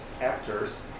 actors